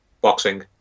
Boxing